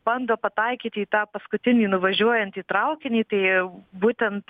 bando pataikyti į tą paskutinį nuvažiuojantį traukinį tai būtent